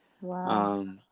Wow